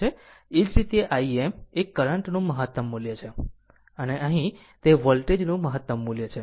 એ જ રીતે Im એ કરંટ નું મહત્તમ મૂલ્ય છે અને અહીં તે વોલ્ટેજ નું મહત્તમ મૂલ્ય છે